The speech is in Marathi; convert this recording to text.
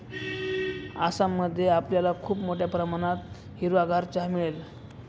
आसाम मध्ये आपल्याला खूप मोठ्या प्रमाणात हिरवागार चहा मिळेल